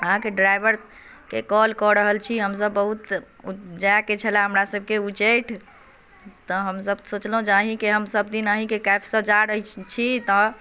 अहाँके ड्राइवरके कॉल कऽ रहल छी हमसब बहुत जाए के छला हमरासबके उच्चैठ तऽ हमसब सोचलहुॅं जे अहीॅं के हम सबदिन अहीॅं के कैब सँ जाइ छी त